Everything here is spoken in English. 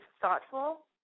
thoughtful